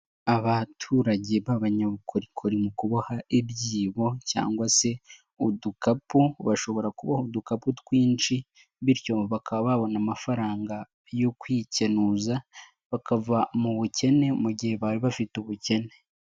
Abaturage b'abanyabukorikori mu kuboha ibyibo cyangwa se udukapu, bashobora kubaho udukapu twinshi, bityo bakaba babona amafaranga yo kwikenuza, bakava mu bukene mu gihe bari bafite ubukene.